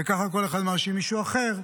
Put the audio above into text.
וככה כל אחד מאשים מישהו אחר,